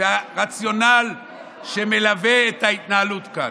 זה הרציונל שמלווה את ההתנהלות כאן.